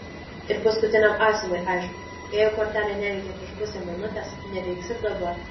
ir paskutiniam asilui aišku jeigu kortelė neveikė prieš pusę minutės neveiks ir dabar